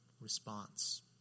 response